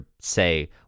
say